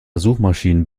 suchmaschinen